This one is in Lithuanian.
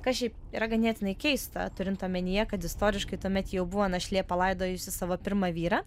kas šiaip yra ganėtinai keista turint omenyje kad istoriškai tuomet jau buvo našlė palaidojusi savo pirmą vyrą